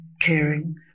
caring